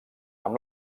amb